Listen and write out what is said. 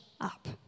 up